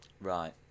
Right